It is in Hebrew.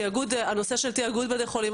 הנושא של תאגוד בתי החולים.